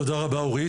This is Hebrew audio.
תודה רבה אורית.